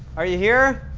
are you here?